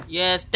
yes